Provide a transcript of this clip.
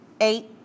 eight